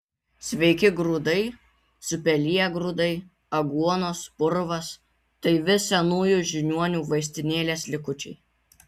sveiki grūdai supeliję grūdai aguonos purvas tai vis senųjų žiniuonių vaistinėlės likučiai